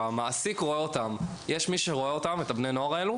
המעסיק רואה את בני הנוער האלה